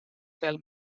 tell